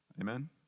amen